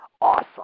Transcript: awesome